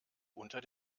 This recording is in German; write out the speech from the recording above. unter